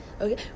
okay